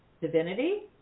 divinity